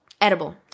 edible